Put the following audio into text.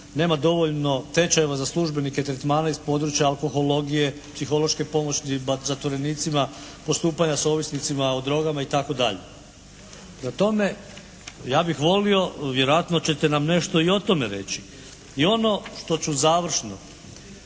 nema dovoljno tečajeva za službenike tretmana iz područja alkohologije, psihološke pomoći zatvorenicima, postupanja s ovisnicima o drogama itd. Prema tome, ja bih volio vjerojatno ćete nam nešto i o tome reći. I ono što ću završno,